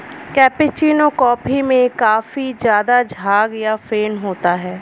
cappuccino coffee में काफी ज़्यादा झाग या फेन होता है